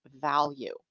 value